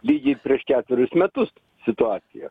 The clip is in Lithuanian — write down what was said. lygiai prieš ketverius metus situaciją